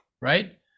right